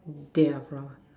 there are from